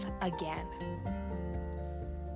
again